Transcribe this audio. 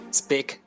speak